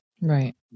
Right